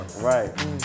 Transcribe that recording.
Right